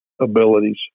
abilities